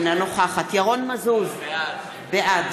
אינה נוכחת ירון מזוז, בעד